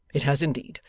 it has indeed.